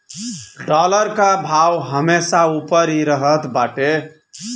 dollar कअ भाव हमेशा उपर ही रहत बाटे